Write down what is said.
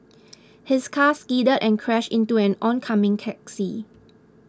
his car skidded and crashed into an oncoming taxi